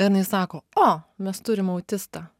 ir jinai sako o mes turim autistą